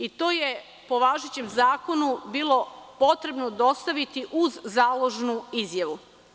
I to je, po važećem zakonu, bilo potrebno dostaviti uz založnu izjavu.